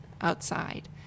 outside